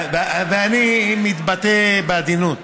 ואני מתבטא בעדינות.